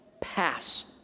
pass